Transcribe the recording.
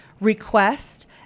Request